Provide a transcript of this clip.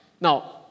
now